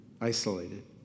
isolated